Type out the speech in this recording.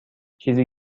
چیزی